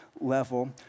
level